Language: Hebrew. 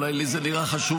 אולי לי זה נראה חשוב,